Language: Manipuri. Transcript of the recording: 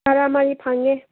ꯇꯔꯥ ꯃꯔꯤ ꯐꯪꯉꯦ